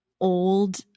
old